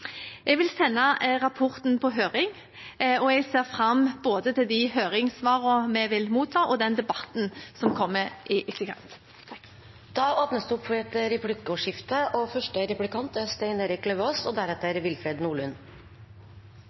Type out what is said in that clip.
Jeg vil sende rapporten på høring, og jeg ser fram til både de høringssvarene vi vil motta, og den debatten som kommer i etterkant. Det